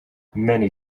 many